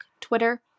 Twitter